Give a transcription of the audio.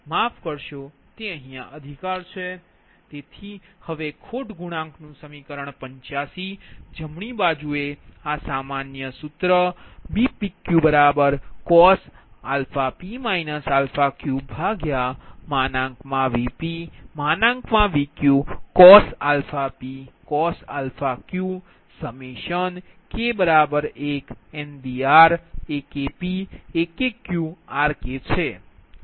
તેથી હવે ખોટ ગુણાંકનું સમીકરણ 85 જમણી બાજુએ આ સામાન્ય સૂત્રBpq cos p q VpVqcos pcos q K1NBRAKpAKqRK છે